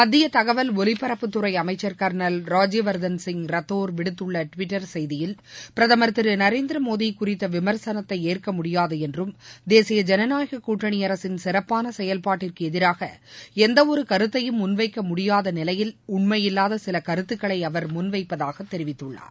மத்திய தகவல் ஒலிபரப்புத்துறை அமைச்சர் கர்னல் ராஜ்யவர்தன் சிங் ரத்தோர் விடுத்துள்ள ட்விட்டர் செய்தியில் பிரதமர் திரு நரேந்திர மோடி குறித்த விமர்சனத்தை ஏற்க முடியாது என்றும் தேசிய ஜனநாயக கூட்டணி அரசின் சிறப்பான செயல்பாட்டிற்கு எதிராக எந்தவொரு கருத்தையும் முன்வைக்க முடியாத நிலையில் உண்மை இல்லாத சில கருத்துக்களை அவர் முன்வைப்பதாக தெரிவித்துள்ளார்